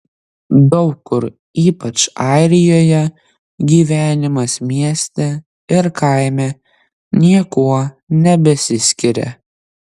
daug kur ypač airijoje gyvenimas mieste ir kaime niekuo nebesiskiria